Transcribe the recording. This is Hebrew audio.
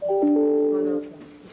ווסר